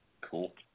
Cool